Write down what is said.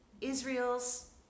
Israel's